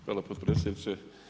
Hvala potpredsjedniče.